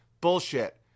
Bullshit